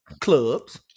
clubs